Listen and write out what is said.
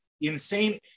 insane